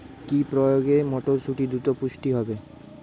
কি প্রয়োগে মটরসুটি দ্রুত পুষ্ট হবে?